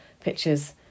pictures